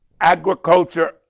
agriculture